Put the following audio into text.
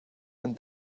and